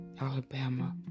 Alabama